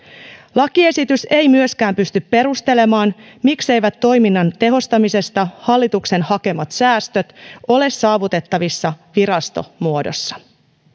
lakiesitys ei myöskään pysty perustelemaan mikseivät hallituksen toiminnan tehostamisesta hakemat säästöt ole saavutettavissa virastomuodossa